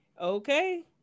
okay